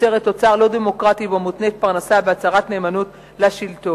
יוצרת תוצר לא דמוקרטי שבו מותנית פרנסה בהצהרת נאמנות לשלטון.